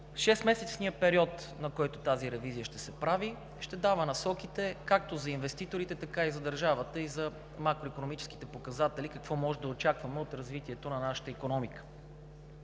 Шестмесечният период, на който тази ревизия ще се прави, ще дава насоките както за инвеститорите, така за държавата и за макроикономическите показатели какво може да очакваме от развитието на нашата икономика.